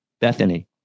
Bethany